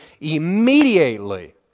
immediately